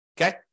Okay